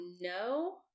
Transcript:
No